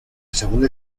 segunda